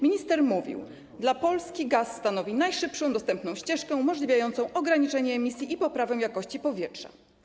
Minister mówił: dla Polski gaz stanowi najszybszą dostępną ścieżkę umożliwiającą ograniczenie emisji i poprawę jakości powietrza.